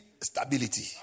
stability